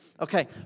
Okay